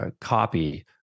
copy